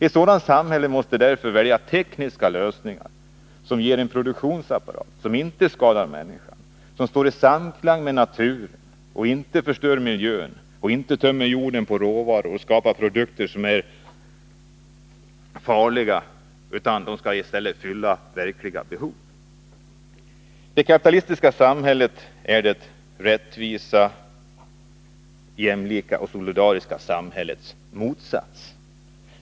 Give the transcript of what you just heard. Ett sådant samhälle måste därför välja tekniska lösningar som ger en produktionsapparat som inte skadar människan, som står i samklang med naturen och inte förstör miljön eller tömmer jorden på råvaror utan som skapar produkter som är ofarliga och fyller verkliga behov. Det kapitalistiska samhället är det rättvisa, jämlika och solidariska samhällets motsats.